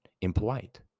impolite